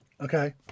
Okay